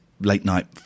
late-night